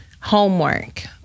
homework